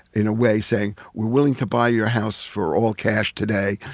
in a way saying, we're willing to buy your house for all cash today.